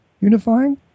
Unifying